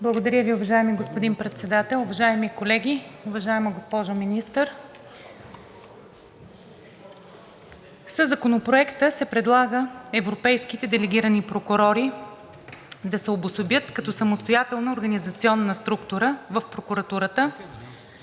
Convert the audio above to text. Благодаря Ви, уважаеми господин Председател. Уважаеми колеги, уважаема госпожо Министър! Със Законопроекта се предлага европейските делегирани прокурори да се обособят като самостоятелна организационна структура в прокуратурата,